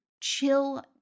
Chill